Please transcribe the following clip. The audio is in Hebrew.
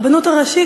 ברבנות הראשית,